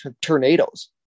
tornadoes